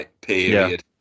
period